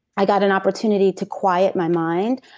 i got an opportunity to quiet my mind.